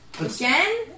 Again